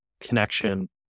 connection